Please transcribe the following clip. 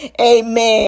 Amen